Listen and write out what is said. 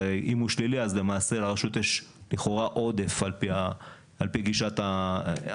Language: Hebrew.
הרי אם הוא שלילי אז למעשה לרשות יש לכאורה עודף על פי גישת המודל,